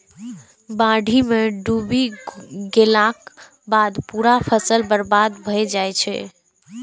बाढ़ि मे डूबि गेलाक बाद पूरा फसल बर्बाद भए जाइ छै